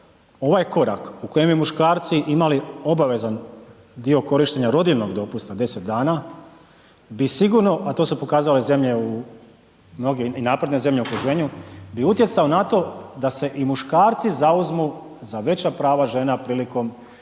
ovaj korak u kojem bi muškarci imali obavezan dio korištenja rodiljnog dopusta, 10 dana, bi sigurno, a to su pokazale i zemlje u, mnoge i napredne zemlje u okruženju, bi utjecao na to da se i muškarci zauzmu za veća prava žena prilikom,